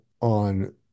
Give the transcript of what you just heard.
on